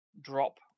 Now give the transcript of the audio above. drop